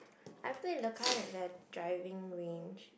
I play the kind that the driving range